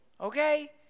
Okay